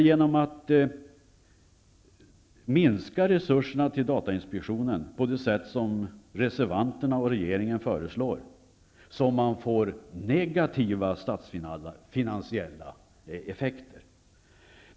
Genom att man minskar resurserna till datainspektionen på det sätt som reservanterna och regeringen föreslår uppstår det negativa statsfinansiella effekter.